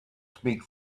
speak